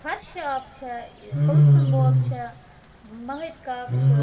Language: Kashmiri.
کھۄرشہٕ آپہٕ چھِ ٲں کُلسُم بوبہٕ چھِ مٔہدۍ کاک چھُ